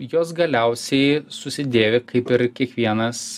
jos galiausiai susidėvi kaip ir kiekvienas